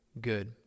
good